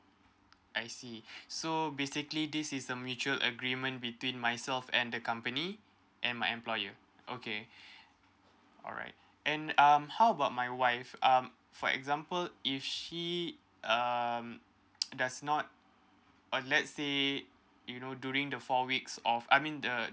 I see so basically this is the mutual agreement between myself and the company and my employer okay alright and um how about my wife um for example if she um does not or let's say you know during the four weeks of I mean the